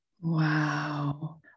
Wow